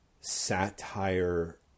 satire